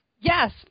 Yes